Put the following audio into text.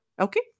Okay